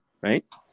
right